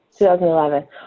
2011